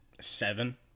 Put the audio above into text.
seven